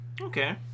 Okay